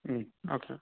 okay